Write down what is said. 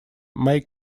may